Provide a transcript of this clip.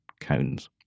cones